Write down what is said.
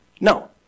No